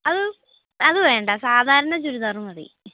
അത് അത് വേണ്ട സാധാരണ ചുരിദാർ മതി